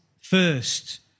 first